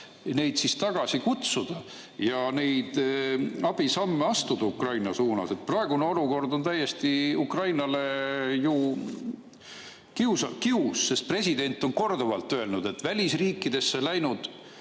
neid [inimesi] tagasi kutsuda ja neid abisamme astuda Ukraina suunas? Praegune olukord on Ukrainale ju kiuslik, sest president on korduvalt öelnud, et välisriikidesse läinud